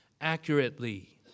accurately